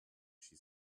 she